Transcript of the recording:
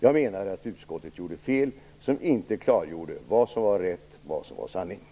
Jag menar att utskottet gjorde fel som inte klargjorde vad som var rätt och sant.